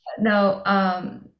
No